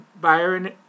Byron